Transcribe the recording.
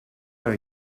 are